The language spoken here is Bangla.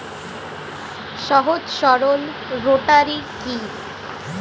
সহজ সরল রোটারি কি?